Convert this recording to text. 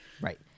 Right